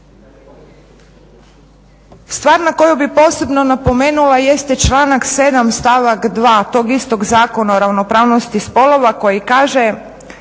Stvar na koju bih posebno napomenula jeste članak 7.stavak 2.tog istog Zakona o ravnopravnosti spolova koji kaže